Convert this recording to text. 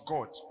God